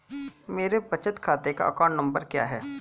मेरे बचत खाते का अकाउंट नंबर क्या है?